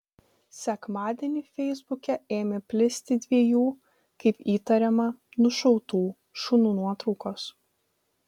sekmadienį feisbuke ėmė plisti dviejų kaip įtariama nušautų šunų nuotraukos